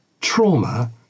trauma